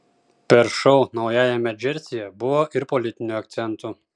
per šou naujajame džersyje buvo ir politinių akcentų